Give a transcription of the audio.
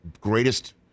greatest